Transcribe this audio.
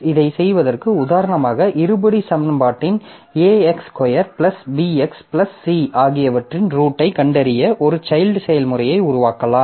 இதைச் செய்வதற்கு உதாரணமாக இருபடி சமன்பாட்டின் ax2 bx c ஆகியவற்றின் ரூட்டை கண்டறிய ஒரு சைல்ட் செயல்முறையை உருவாக்கலாம்